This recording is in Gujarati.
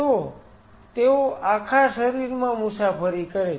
તો તેઓ આખા શરીરમાં મુસાફરી કરે છે